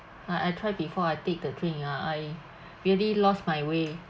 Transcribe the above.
I I try before I take the train yeah I really lost my way